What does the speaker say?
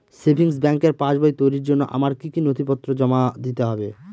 Savings ব্যাংকের পাসবই তৈরির জন্য আমার কি কি নথিপত্র জমা দিতে হবে?